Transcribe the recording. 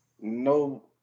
no